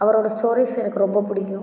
அவரோடய ஸ்டோரீஸ் எனக்கு ரொம்ப பிடிக்கும்